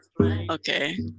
Okay